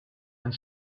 and